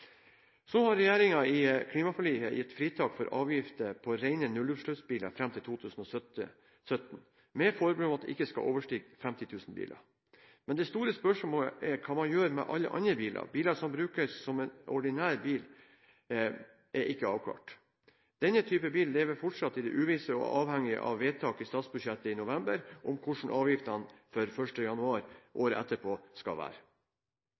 har i klimaforliket gitt fritak for avgifter på rene nullutslippsbiler fram til 2017 med forbehold om at det ikke skal overstige 50 000 biler. Men det store spørsmålet er hva man gjør med alle andre biler, biler som brukes som en ordinær bil – det er ikke avklart. Denne type bil lever fortsatt i uvisse og er avhengig av vedtak i statsbudsjettet i november om hvordan avgiftene for 1. januar året etterpå skal være.